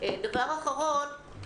דבר אחרון,